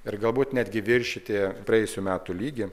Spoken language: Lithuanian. ir galbūt netgi viršyti praėjusių metų lygį